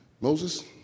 Moses